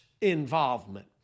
involvement